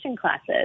classes